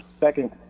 second